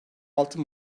altı